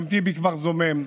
גם טיבי כבר זומם,